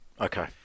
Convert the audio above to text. Okay